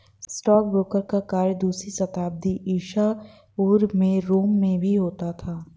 stockbroker का कार्य दूसरी शताब्दी ईसा पूर्व के रोम में भी होता था